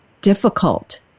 difficult